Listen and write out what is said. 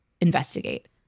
investigate